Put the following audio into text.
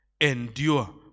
endure